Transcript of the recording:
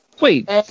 Wait